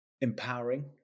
empowering